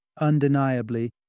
Undeniably